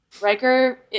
Riker